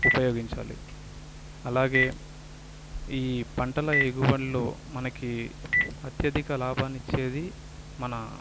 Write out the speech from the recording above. ఉపయోగించాలి అలాగే ఈ పంటల ఎగుబడులు మనకి అత్యధిక లాభాన్ని ఇచ్చేది మన